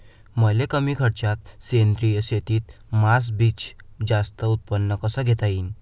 मले कमी खर्चात सेंद्रीय शेतीत मोसंबीचं जास्त उत्पन्न कस घेता येईन?